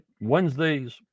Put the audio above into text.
Wednesday's